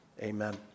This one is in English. amen